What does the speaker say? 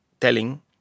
telling